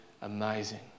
amazing